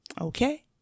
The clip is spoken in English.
Okay